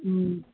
हूँ